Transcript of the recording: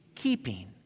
Keeping